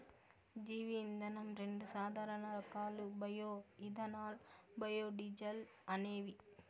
జీవ ఇంధనం రెండు సాధారణ రకాలు బయో ఇథనాల్, బయోడీజల్ అనేవి